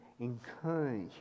encourage